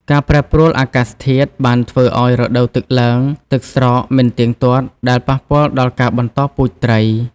ការប្រែប្រួលអាកាសធាតុ បានធ្វើឱ្យរដូវទឹកឡើងទឹកស្រកមិនទៀងទាត់ ដែលប៉ះពាល់ដល់ការបន្តពូជត្រី។